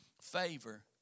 favor